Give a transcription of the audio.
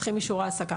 צריכים אישור העסקה,